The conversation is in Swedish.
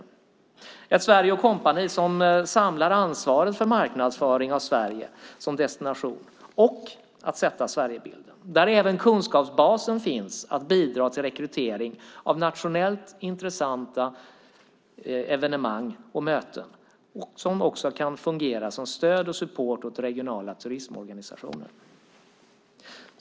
Detta Sverige & Co skulle samla ansvaret för marknadsföringen av Sverige som destination och sätta Sverigebilden. Även kunskapsbasen för att bidra till rekrytering av nationellt intressanta evenemang och möten skulle finnas där. Det skulle också kunna fungera som stöd och support åt regionala turistorganisationer.